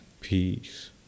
peace